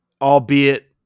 albeit